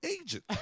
agent